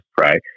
right